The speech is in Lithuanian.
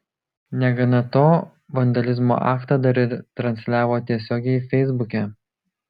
negana to vandalizmo aktą dar ir transliavo tiesiogiai feisbuke